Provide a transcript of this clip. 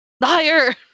Liar